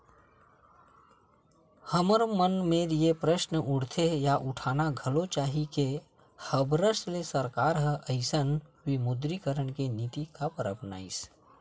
हमर मन मेर ये प्रस्न उठथे या उठाना घलो चाही के हबरस ले सरकार ह अइसन विमुद्रीकरन के नीति काबर अपनाइस?